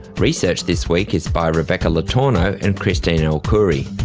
research this week is by rebecca le tourneau and christine el-khoury.